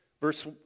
Verse